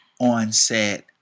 onset